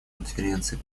конференции